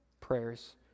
prayers